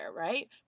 right